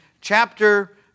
chapter